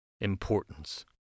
importance